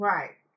Right